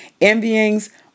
Envyings